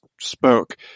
spoke